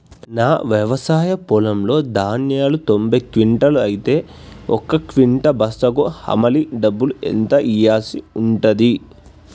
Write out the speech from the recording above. నా వ్యవసాయ పొలంలో ధాన్యాలు తొంభై క్వింటాలు అయితే ఒక క్వింటా బస్తాకు హమాలీ డబ్బులు ఎంత ఇయ్యాల్సి ఉంటది?